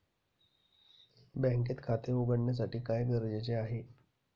बँकेत खाते उघडण्यासाठी काय गरजेचे आहे?